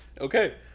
Okay